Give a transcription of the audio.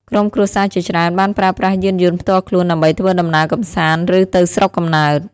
ក្រុមគ្រួសារជាច្រើនបានប្រើប្រាស់យានយន្តផ្ទាល់ខ្លួន ដើម្បីធ្វើដំណើរកម្សាន្ត ឬទៅស្រុកកំណើត។